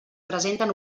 presenten